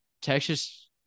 texas